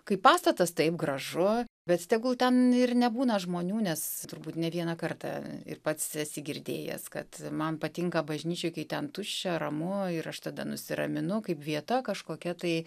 kai pastatas taip gražu bet tegul ten ir nebūna žmonių nes turbūt ne vieną kartą ir pats esi girdėjęs kad man patinka bažnyčioj kai ten tuščia ramu ir aš tada nusiraminu kaip vieta kažkokia tai